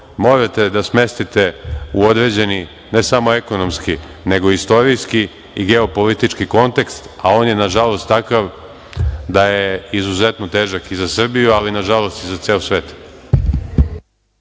morate da smestite u određeni, ne samo ekonomski nego istorijski i geopolitički kontekst a on je nažalost takav da je izuzetno težak i za Srbiju ali nažalost i za ceo svet.